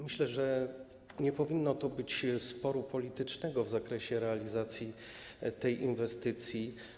Myślę, że nie powinno być sporu politycznego w zakresie realizacji tej inwestycji.